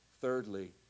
thirdly